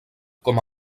com